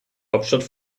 hauptstadt